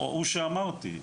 ההוא שאמרתי.